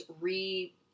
re